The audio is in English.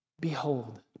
Behold